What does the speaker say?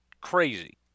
crazy